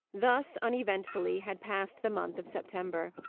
thus uneventfully had passed the month of september.